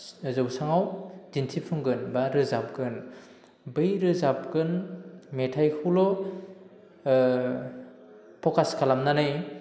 जौस्राङाव दिन्थिफुंगोन बा रोजाबगोन बै रोजाबगोन मेथाइखौल' फकास खालामनानै